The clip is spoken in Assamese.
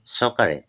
চৰকাৰে